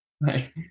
Right